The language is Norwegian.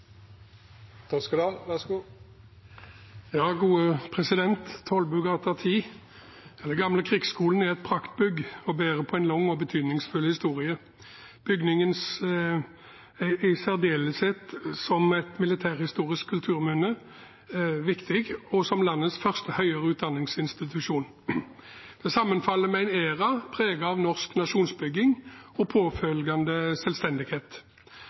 Tollbugata 10, Den Gamle Krigsskole, er et praktbygg og bærer på en lang og betydningsfull historie. Bygningen er, i særdeleshet som et militærhistorisk kulturminne, viktig, og også som landes første høyere utdanningsinstitusjon. Den sammenfaller med en æra preget av norsk nasjonsbygging og påfølgende selvstendighet.